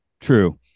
True